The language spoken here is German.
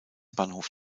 bahnhof